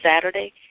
Saturday